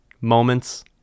moments